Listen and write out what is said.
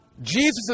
Jesus